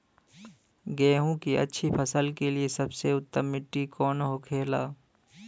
गेहूँ की अच्छी फसल के लिए सबसे उत्तम मिट्टी कौन होखे ला?